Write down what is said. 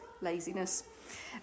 laziness